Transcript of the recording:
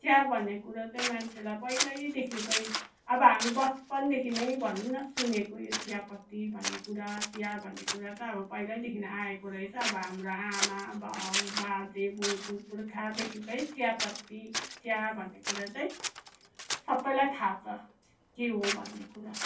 चिया भन्ने कुरा चाहिँ मान्छेलाई पहिलादेखिको अब हामी बचपनदेखि नै भनौँ न सुनेको यो चियापत्ती भन्ने कुरा चिया भन्ने कुरा त अब पहिलादेखि आएको रहेछ अब हाम्रो आमा बाउ बाजे बोजू पुर्खादेखिकै चियापत्ती चिया भन्ने कुरा चाहिँ सबैलाई थाहा छ के हो भन्ने कुरा